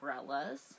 umbrellas